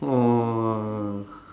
!wah!